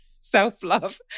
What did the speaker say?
self-love